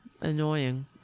Annoying